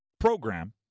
program